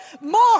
more